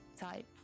type